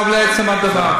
עכשיו לעצם הדבר.